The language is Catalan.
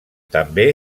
també